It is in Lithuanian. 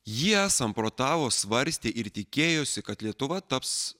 jie samprotavo svarstė ir tikėjosi kad lietuva taps